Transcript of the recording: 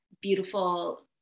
beautiful